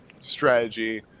strategy